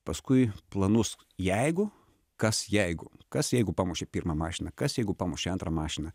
paskui planus jeigu kas jeigu kas jeigu pamušė pirmą mašiną kas jeigu pamušė antrą mašiną